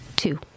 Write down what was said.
Two